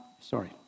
sorry